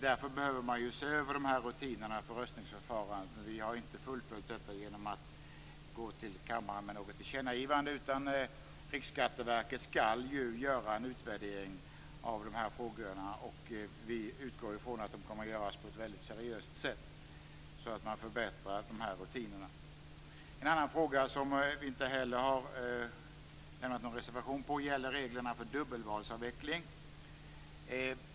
Därför behöver man se över rutinerna för röstningsförfarandet. Vi har inte fullföljt detta genom att gå till kammaren med något tillkännagivande. Riksskatteverket skall ju göra en utvärdering av de här frågorna, och vi utgår från att det kommer att göras på ett mycket seriöst sätt, så att man förbättrar de här rutinerna. En annan fråga som vi inte heller har avgett någon reservation i gäller reglerna för dubbelvalsavveckling.